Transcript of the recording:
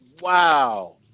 Wow